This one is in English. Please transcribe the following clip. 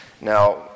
Now